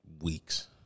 weeks